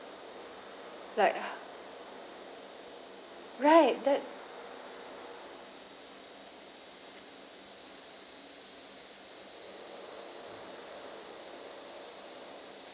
like ah right that